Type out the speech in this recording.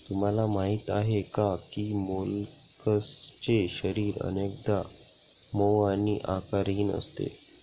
तुम्हाला माहीत आहे का की मोलस्कचे शरीर अनेकदा मऊ आणि आकारहीन असते